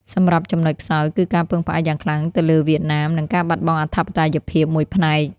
សម្រាប់ចំណុចខ្សោយ គឺការពឹងផ្អែកយ៉ាងខ្លាំងទៅលើវៀតណាម និងការបាត់បង់អធិបតេយ្យភាពមួយផ្នែក។